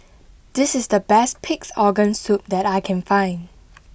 this is the best Pig'S Organ Soup that I can find